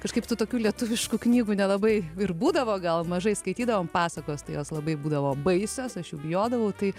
kažkaip tų tokių lietuviškų knygų nelabai ir būdavo gal mažai skaitydavom pasakos tai jos labai būdavo baisios aš jų bijodavau tai